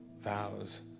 vows